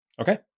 Okay